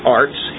arts